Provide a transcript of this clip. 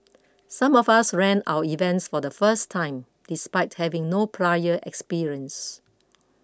some of us ran our events for the first time despite having no prior experience